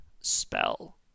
spell